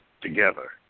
together